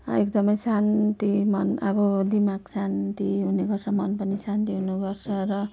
एकदमै शान्ति मन अब दिमाग शान्ति हुनेगर्छ र मन पनि शान्ति हुनेगर्छ र